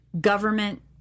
government